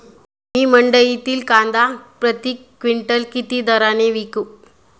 मी मंडईतील कांदा प्रति क्विंटल किती दराने विकू?